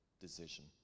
decision